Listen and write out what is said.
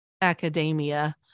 academia